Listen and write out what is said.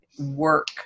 work